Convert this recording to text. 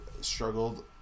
struggled